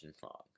fog